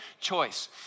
Choice